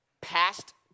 past